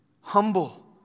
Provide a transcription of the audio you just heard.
humble